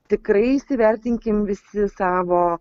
tikrai įsivertinkim visi savo